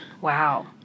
wow